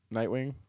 Nightwing